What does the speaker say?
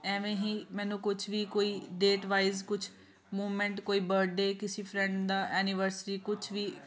ਐਵੇਂ ਹੀ ਮੈਨੂੰ ਕੁਛ ਵੀ ਕੋਈ ਡੇਟ ਵਾਈਜ਼ ਕੁਝ ਮੂਮਮੈਂਟ ਕੋਈ ਬਰਥਡੇ ਕਿਸੀ ਫਰੈਂਡ ਦਾ ਐਨੀਵਰਸਰੀ ਕੁਛ ਵੀ